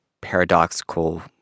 paradoxical